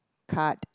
card